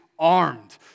Armed